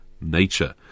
nature